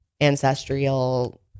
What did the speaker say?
ancestral